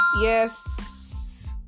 yes